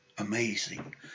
Amazing